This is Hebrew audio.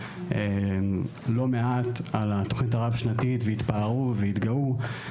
לא מעט על התוכנית הרב-שנתית והתפארו והתגאו.